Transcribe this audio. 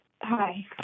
Hi